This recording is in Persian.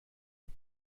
بود